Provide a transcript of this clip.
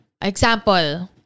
Example